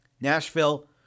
Nashville